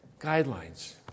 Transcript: guidelines